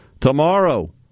tomorrow